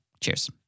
Cheers